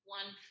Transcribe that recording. one